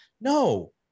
no